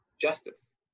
justice